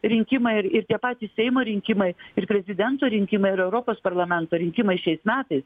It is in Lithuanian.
rinkimai ir ir tie patys seimo rinkimai ir prezidento rinkimai ir europos parlamento rinkimai šiais metais